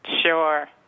Sure